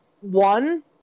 One